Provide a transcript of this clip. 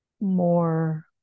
more